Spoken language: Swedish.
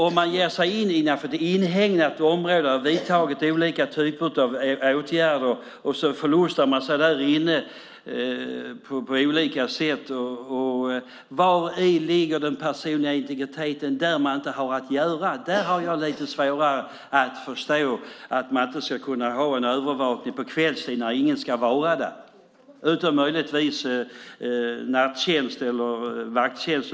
Om man ger sig in på inhägnat område där man har vidtagit olika typer av åtgärder och förlustar sig därinne på olika sätt, vari ligger då den personliga integriteten, när man inte har där att göra? Jag har väldigt svårt att förstå att man inte ska kunna ha övervakning på kvällstid när ingen ska vara där, utom möjligtvis nattjänst eller vakttjänst.